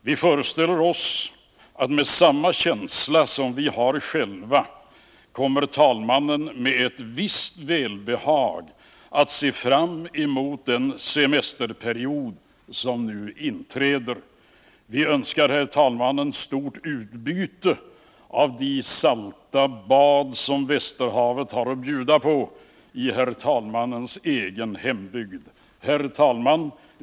Vi föreställer oss att med samma känsla som vi har själva kommer talmannen med ett visst välbehag att se fram emot den semesterperiod som nu inträder. Vi önskar herr talmannen stort utbyte av de salta bad som västerhavet har att bjuda på i herr talmannens egen hembygd. Herr talman!